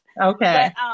okay